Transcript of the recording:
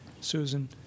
Susan